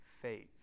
faith